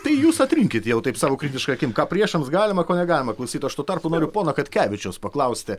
tai jūs atrinkit jau taip sau kritiška akim ką priešams galima ko negalima klausyt o aš tuo tarpu noriu pono katkevičiaus paklausti